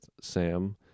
Sam